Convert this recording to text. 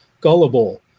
gullible